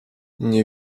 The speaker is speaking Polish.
nie